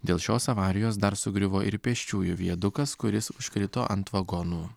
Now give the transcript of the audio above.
dėl šios avarijos dar sugriuvo ir pėsčiųjų viadukas kuris užkrito ant vagonų